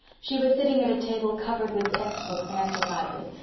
she was sitting at a table covered with text books and exercises,